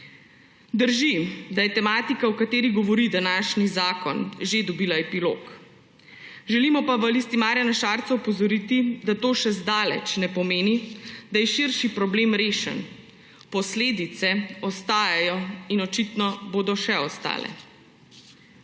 Drži, da je tematika, o kateri govori današnji zakon, že dobila epilog, želimo pa v Listi Marjana Šarca opozoriti, da to še zdaleč ne pomeni, da je širši problem rešen. Posledice ostajajo in očitno bodo še ostale.